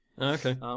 Okay